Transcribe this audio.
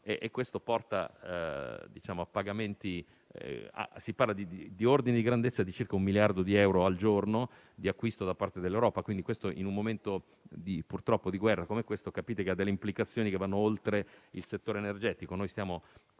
e questo porta a pagamenti di un ordine di grandezza di circa un miliardo di euro al giorno di acquisto da parte dell'Europa. In un momento, purtroppo, di guerra come questo, capite che la cosa ha implicazioni che vanno oltre il settore energetico: noi (Europa)